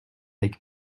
avec